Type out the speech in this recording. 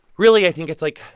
really, i think it's like,